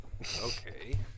Okay